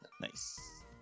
Nice